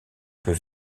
peut